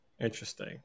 Interesting